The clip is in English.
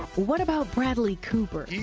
what about bradley couper?